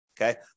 Okay